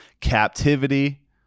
captivity